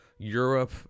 Europe